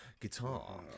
guitar